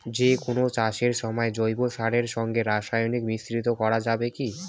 যে কোন চাষের সময় জৈব সারের সঙ্গে রাসায়নিক মিশ্রিত করা যাবে কি?